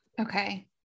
Okay